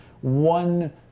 one